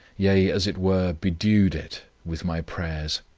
yea, as it were, bedewed it with my prayers.